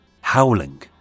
howling